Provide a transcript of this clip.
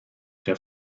der